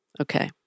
Okay